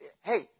hey